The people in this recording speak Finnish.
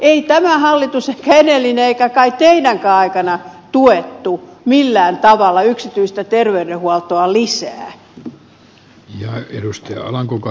ei tämä hallitus eikä edellinen eikä kai teidänkään aikainen ole tukenut millään tavalla yksityistä terveydenhuoltoa lisää